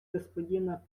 господина